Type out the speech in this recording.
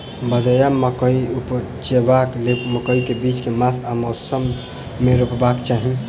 भदैया मकई उपजेबाक लेल मकई केँ बीज केँ मास आ मौसम मे रोपबाक चाहि?